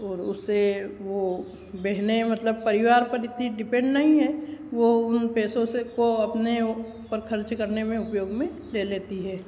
और उससे वह बहनें मतलब परिवार पर इतनी डिपेन्ड नहीं हैं वह उन पैसों से को अपने ऊपर खर्च करने में उपयोग में ले लेती हैं